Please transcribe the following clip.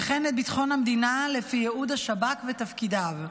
וכן את ביטחון המדינה לפי ייעוד השב"כ ותפקידיו.